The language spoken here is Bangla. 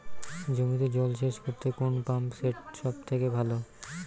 জমিতে জল সেচ করতে কোন পাম্প সেট সব থেকে ভালো?